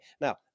Now